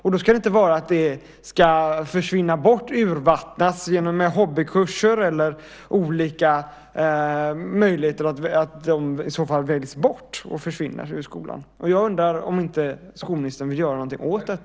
Det ska inte försvinna eller urvattnas genom hobbykurser eller olika möjligheter att välja bort. Jag undrar om inte skolministern vill göra någonting åt detta.